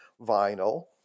vinyl